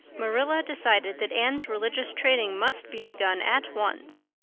marilla decided that anne's religious training must be begun at once.